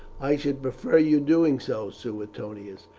i should prefer your doing so, suetonius.